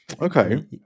okay